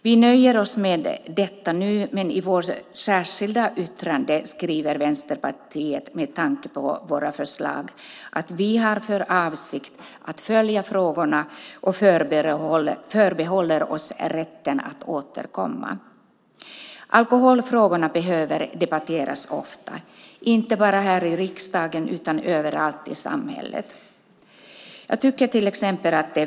Vi nöjer oss med detta nu, men i vårt särskilda yttrande skriver vi, med tanke på våra förslag, att vi har för avsikt att följa frågorna och förbehåller oss rätten att återkomma. Alkoholfrågorna behöver debatteras ofta, inte bara i riksdagen utan överallt i samhället.